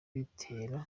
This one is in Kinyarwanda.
bitera